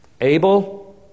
Abel